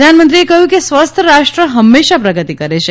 પ્રધાનમંત્રીએ કહ્યું કે સ્વસ્થ રાષ્ટ્ર હંમેશા પ્રગતિ કરે છે